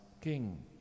king